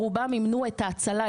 ברובם מימנו את ההצלה.